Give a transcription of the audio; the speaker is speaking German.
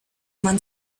man